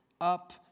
up